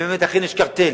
אם באמת אכן יש קרטל,